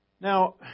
Now